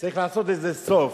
צריך לעשות לזה סוף.